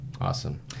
Awesome